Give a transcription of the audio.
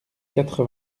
quatre